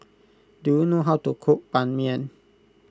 do you know how to cook Ban Mian